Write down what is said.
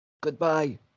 Goodbye